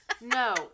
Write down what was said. no